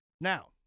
Now